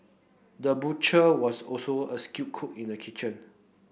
the butcher was also a skilled cook in the kitchen